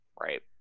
right